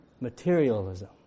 Materialism